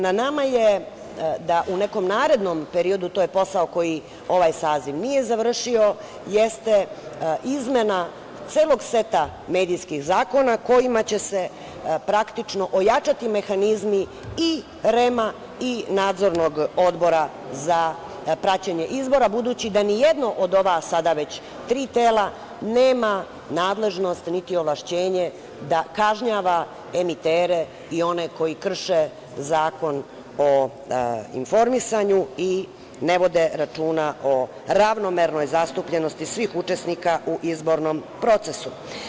Na nama je da u nekom narednom periodu, to je posao koji ovaj saziv nije završio, jeste izmena celog seta medijskih zakona kojima će se, praktično ojačati mehanizmi i REM-a i Nadzornog odbora za praćenje izbora, budući da ni jedno od ova, sada već tri tela nema nadležnost niti ovlašćenje da kažnjava emitere i one koji krše Zakon o informisanju i ne vode računa o ravnomernoj zastupljenosti svih učesnika u izbornom procesu.